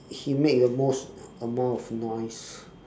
he make the most amount of noise